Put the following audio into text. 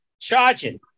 Charging